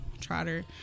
Trotter